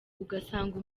ugasanga